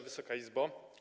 Wysoka Izbo!